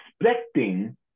expecting